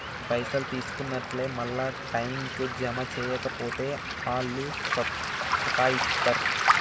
పైసలు తీసుకున్నట్లే మళ్ల టైంకు జమ జేయక పోతే ఆళ్లు సతాయిస్తరు